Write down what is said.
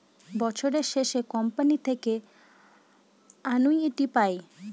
বছরের শেষে কোম্পানি থেকে অ্যানুইটি পায়